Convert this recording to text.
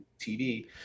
TV